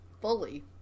fully